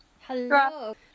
Hello